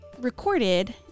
recorded